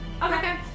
Okay